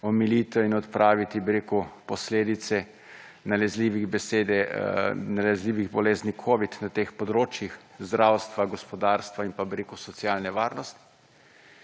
omilitev in odpraviti posledice nalezljivih bolezni Covid na teh področjih zdravstva, gospodarska in pa socialne varnosti.